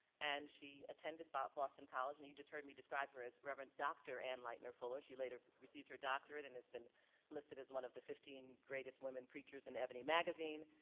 and she attended but boston college and you just heard me describe her as reverend dr. ann lightner-fuller. she later received her doctorate and has been listed as one of the fifteen greatest women preachers in ebony magazine.